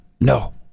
No